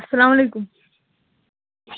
اَسلامُ عَلیکُم